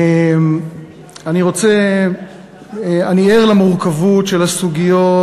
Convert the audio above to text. אני ער למורכבות של הסוגיות